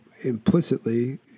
implicitly